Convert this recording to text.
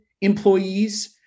employees